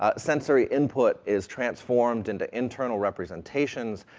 ah sensory input is transformed into internal representations,